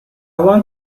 want